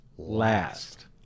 last